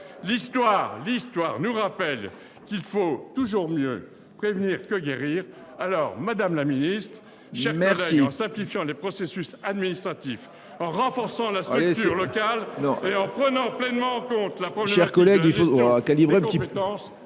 l’Histoire nous rappelle qu’il vaut toujours mieux prévenir que guérir. Ah ! En simplifiant les processus administratifs, en renforçant les structures locales et en prenant pleinement en compte la problématique de la gestion des compétences,